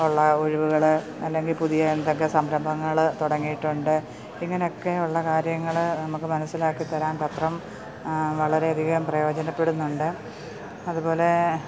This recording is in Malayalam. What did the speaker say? ഉള്ള ഒഴിവുകള് അല്ലെങ്കില് പുതിയ എന്തൊക്കെ സംരംഭങ്ങള് തുടങ്ങിയിട്ടുണ്ട് ഇങ്ങനെ ഒക്കെ ഉള്ള കാര്യങ്ങള് നമുക്ക് മനസിലാക്കിതരാൻ പത്രം വളരെയധികം പ്രയോജനപ്പെടുന്നുണ്ട് അതുപോലെ